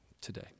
today